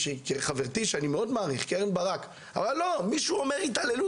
כשחברתי קרן ברק אמרה שאם מישהו אומר התעללות,